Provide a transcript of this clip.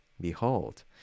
Behold